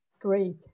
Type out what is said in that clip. Great